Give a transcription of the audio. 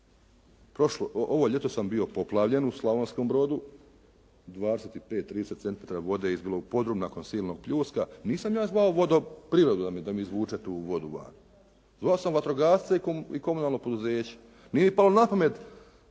ovo ljeto sam bio poplavljen u Slavonskom Brodu, 25, 30 centimetara vode je izbilo u podrum nakon silnog pljuska. Nisam ja zvao vodoprivredu da mi izvuče tu vodu van, zvao sam vatrogasce i komunalno poduzeće. Nije mi palo na pamet